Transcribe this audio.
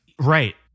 Right